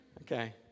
okay